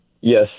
Yes